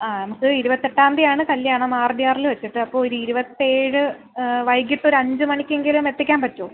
ആ നമ്മൾക്ക് ഇരുപത്തെട്ടാം ന്തീ ആണ് കല്ല്യാണം ആർ ഡി ആറിൽ വച്ചിട്ട് അപ്പോൾ ഒരു ഇരുപത്തേഴ് വൈകിട്ട് ഒരു അഞ്ച് മണിക്ക് എങ്കിലും എത്തിക്കാൻ പറ്റുമോ